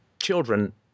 children